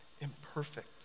imperfect